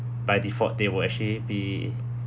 by default they would actually be